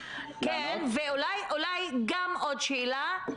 עוד שאלה.